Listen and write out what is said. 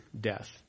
death